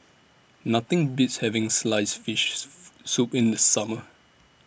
Nothing Beats having Sliced Fish Soup in The Summer